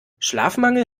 schlafmangel